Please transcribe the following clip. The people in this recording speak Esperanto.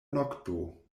nokto